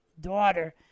daughter